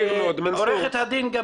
מיקוד: